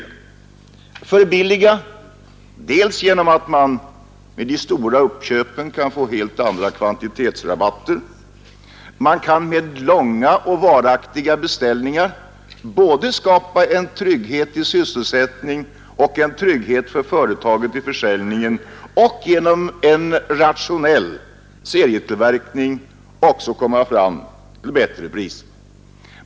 Man kan bl.a. förbilliga genom att det vid de stora uppköpen lämnas helt andra kvantitetsrabatter än annars. Man kan med långa och varaktiga beställningar skapa både en trygghet i sysselsättningen och en trygghet för företaget i försäljningen och vidare genom en rationell serietillverkning komma fram till bättre priser.